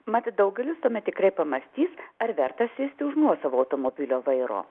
mat daugelis tuomet tikrai pamąstys ar verta sėsti už nuosavo automobilio vairo